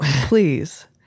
please